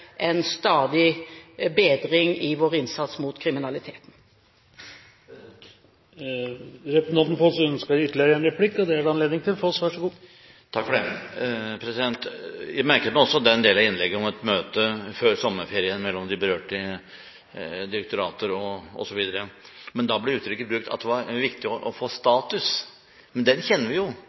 en stadig bedring i vår innsats mot kriminaliteten. Jeg merket meg også den delen av innlegget, om et møte før sommerferien med de berørte direktorater osv., men da brukte man uttrykket at det var viktig å få høre «status». Men den kjenner vi jo,